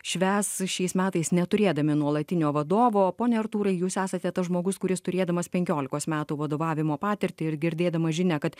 švęs šiais metais neturėdami nuolatinio vadovo pone artūrai jūs esate tas žmogus kuris turėdamas penkiolikos metų vadovavimo patirtį ir girdėdamas žinią kad